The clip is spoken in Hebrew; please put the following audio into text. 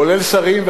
כולל שרים,